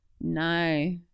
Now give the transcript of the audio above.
No